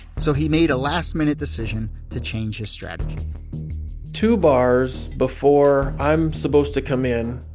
so he made a last-minute decision to change his strategy two bars before i'm supposed to come in,